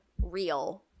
real